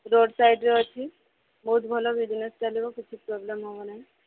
road ସାଇଡ଼୍ରେ ଅଛି ବହୁତ ଭଲ ବିଜନେସ୍ ଚାଲିବ କିଛି ପ୍ରୋବ୍ଲେମ୍ ହବ ନାହିଁ